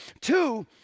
Two